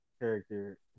character